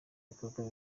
bikorwa